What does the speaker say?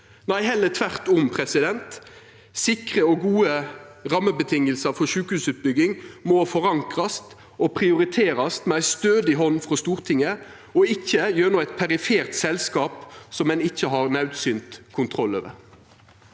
er heller tvert om – sikre og gode rammevilkår for sjukehusutbygging må forankrast og prioriterast med ei stødig hand frå Stortinget og ikkje gjennom eit perifert selskap som ein ikkje har naudsynt kontroll over.